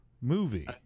movie